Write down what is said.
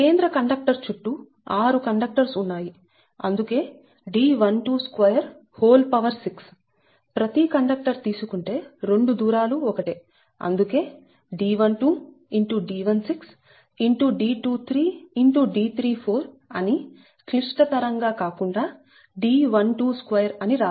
కానీ కేంద్ర కండక్టర్ చుట్టూ 6 కండక్టర్స్ ఉన్నాయి అందుకే D1226 ప్రతి కండక్టర్ తీసుకుంటే 2 దూరాలు ఒకటే అందుకే D12×D16×D23×D34 అని క్లిష్టతరం గా కాకుండా D122 అని రాశాము